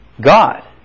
God